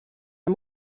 der